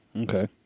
Okay